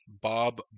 Bob